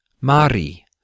Mari